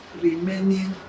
remaining